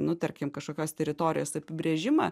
nu tarkim kažkokios teritorijos apibrėžimą